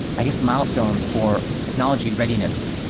i guess milestones for technology readiness.